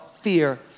fear